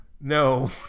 No